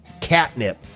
catnip